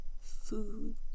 food